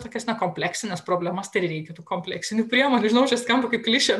tokias kompleksines problemas tai ir reikia tų kompleksinių priemonių žinau skamba kaip klišė